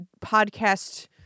podcast